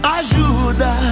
ajuda